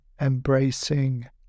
embracing